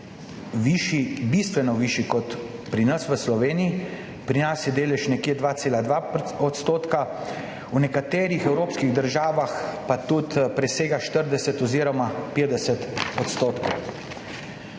bistveno višji kot pri nas v Sloveniji. Pri nas je delež nekje 2,2 %, v nekaterih evropskih državah pa presega tudi 40 oziroma 50 %.